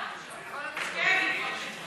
אבל אני בהחלט נשארתי פה